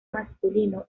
masculino